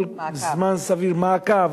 כל זמן סביר לעשות מעקב,